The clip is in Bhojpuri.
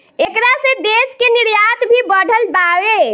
ऐकरा से देश के निर्यात भी बढ़ल बावे